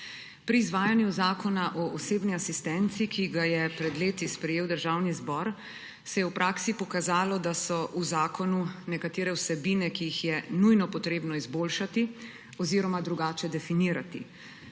Pri izvajanju Zakona o osebni asistenci, ki ga je pred leti sprejel Državni zbor, se je v praksi pokazalo, da so v zakonu nekatere vsebine, ki jih je nujno treba izboljšati oziroma drugače definirati;